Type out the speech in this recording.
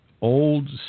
old